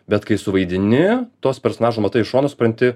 bet kai suvaidini tuos personažus matai iš šono supranti